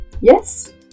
yes